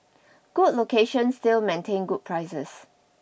good locations still maintain good prices